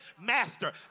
master